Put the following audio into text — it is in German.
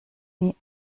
wie